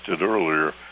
earlier